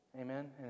Amen